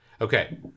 Okay